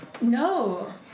No